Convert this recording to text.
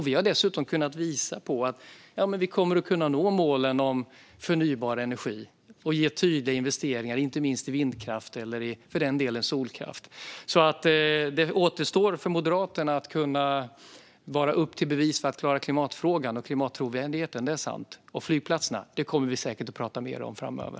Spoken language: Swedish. Vi har dessutom kunnat visa på att vi kommer att kunna nå målen om förnybar energi och göra tydliga investeringar inte minst i vindkraft eller för den delen solkraft. För Moderaterna är det fortfarande upp till bevis när det gäller att klara klimatfrågan och klimattrovärdigheten; det är sant. Och flygplatserna kommer vi säkert att prata mer om framöver.